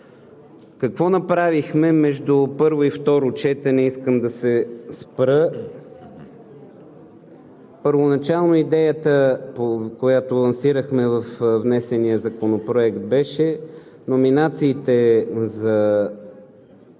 какво направихме между първо и второ четене. Първоначално идеята, която лансирахме във внесения законопроект, беше номинациите за прокурора